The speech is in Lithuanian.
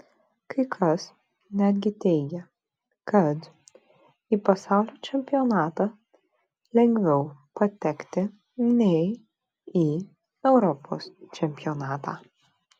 kai kas netgi teigė kad į pasaulio čempionatą lengviau patekti nei į europos čempionatą